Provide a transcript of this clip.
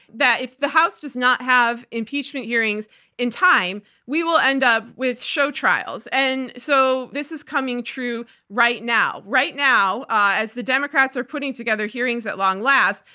if the house does not have impeachment hearings in time, we will end up with show trials. and so this is coming true right now. right now, ah as the democrats are putting together hearings, at long last,